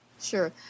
Sure